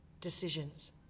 decisions